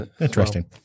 Interesting